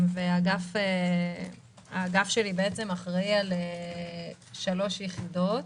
האגף שלי אחראי על שלוש יחידות.